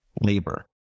labor